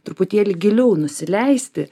truputėlį giliau nusileisti